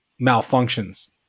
malfunctions